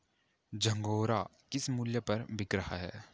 झंगोरा किस मूल्य पर बिक रहा है?